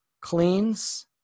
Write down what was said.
cleans